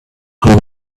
how